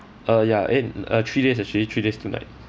uh ya eh uh three days actually three days two night